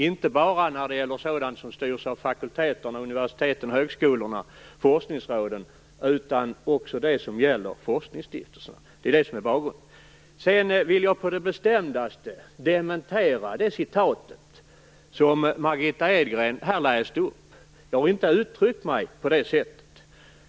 Det gäller inte bara sådant som styrs av fakulteten, universiteten, högskolorna och forskningsråden utan också det som gäller forskningsstiftelserna. Det är bakgrunden. Jag vill på det bestämdaste dementera det citat som Margitta Edgren här läste upp. Jag har inte uttryckt mig på det sättet.